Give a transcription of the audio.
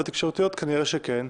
אבל תקשורתיות כנראה שכן.